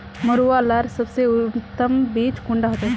मरुआ लार सबसे उत्तम बीज कुंडा होचए?